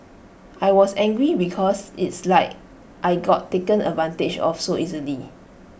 I was angry because it's like I got taken advantage of so easily